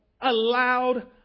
allowed